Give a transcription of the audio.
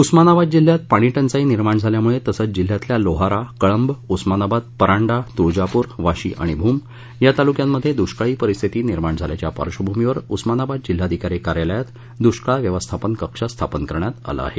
उस्मानाबाद जिल्ह्यात पाणी टंचाई निर्माण झाल्यामुळे तसंच जिल्ह्यातल्या लोहारा कळंब उस्मानाबाद परांडा तुळजापूर वाशी आणि भूम या तालुक्यांमध्ये दुष्काळी परिस्थिती निर्माण झाल्याच्या पार्श्वभूमीवर उस्मानाबाद जिल्हाधिकारी कार्यालयात दुष्काळ व्यवस्थापन कक्ष स्थापन करण्यात आला आहे